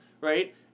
right